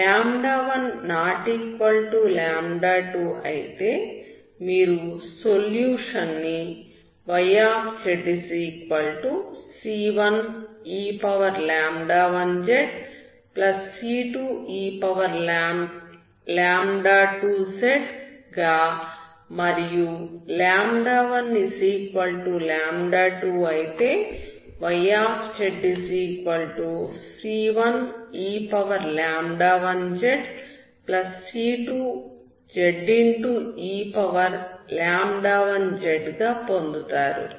12 అయితే మీరు సొల్యూషన్ ని yzc1e1zc2e2z గా మరియు 12 అయితే yzc1e1zc2ze1z గా పొందుతారు